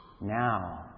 Now